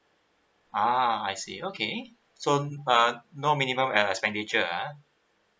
ah I see okay so um no minimum at expenditure ah